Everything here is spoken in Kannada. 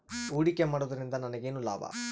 ಹೂಡಿಕೆ ಮಾಡುವುದರಿಂದ ನನಗೇನು ಲಾಭ?